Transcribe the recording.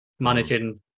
Managing